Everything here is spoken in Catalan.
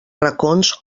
racons